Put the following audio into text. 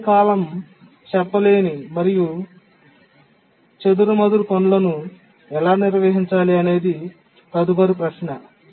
నియమిత కాలము చెప్ప లేని మరియు చెదురుమదురు పనులను ఎలా నిర్వహించాలి అనేది తదుపరి ప్రశ్న